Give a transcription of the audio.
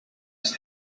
ist